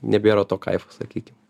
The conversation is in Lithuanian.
nebėra to kaifo sakykim